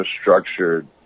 structured